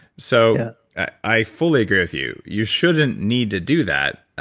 so i fully agree with you. you shouldn't need to do that,